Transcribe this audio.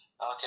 Okay